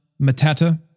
Matata